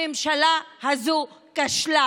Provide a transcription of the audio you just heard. הממשלה הזו כשלה.